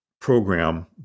program